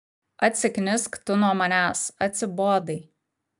atsiknisk tu nuo manęs atsibodai